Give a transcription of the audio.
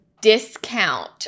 discount